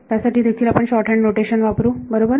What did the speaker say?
त्यासाठी देखील आपण शॉर्ट हॅन्ड नोटेशन वापरू बरोबर